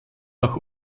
auch